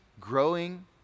growing